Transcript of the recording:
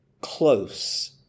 close